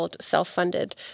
self-funded